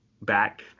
back